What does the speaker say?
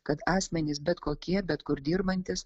kad asmenys bet kokie bet kur dirbantys